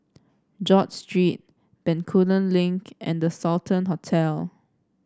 George Street Bencoolen Link and The Sultan Hotel